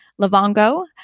Lavongo